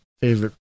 favorite